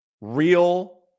real